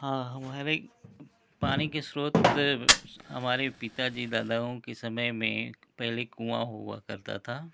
हाँ हमारे पानी के स्रोत हमारे पिताजी दादाओं के समय में पहले कुआँ हुआ करता था